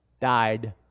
died